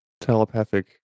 telepathic